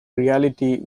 reality